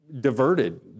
diverted